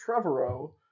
Trevorrow